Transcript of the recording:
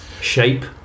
shape